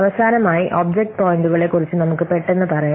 അവസാനമായി ഒബ്ജക്റ്റ് പോയിന്റുകളെക്കുറിച്ച് നമുക്ക് പെട്ടെന്ന് പറയാം